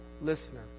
listener